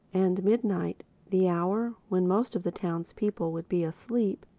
and midnight, the hour when most of the towns-people would be asleep,